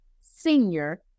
senior